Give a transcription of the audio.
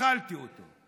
אכלתי אותו.